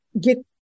get